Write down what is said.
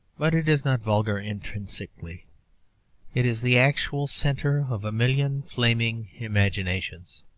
but it is not vulgar intrinsically it is the actual centre of a million flaming imaginations.